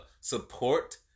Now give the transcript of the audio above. support